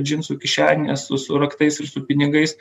džinsų kišenėje su su raktais ir su pinigais